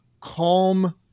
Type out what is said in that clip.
calm